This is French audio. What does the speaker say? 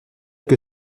que